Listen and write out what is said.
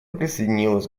присоединилась